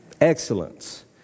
Excellence